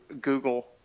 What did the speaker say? Google